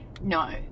No